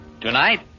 Tonight